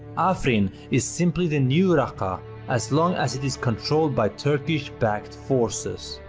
afrin is simply the new raqqa as long as it is controlled by turkish backed forces.